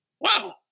wow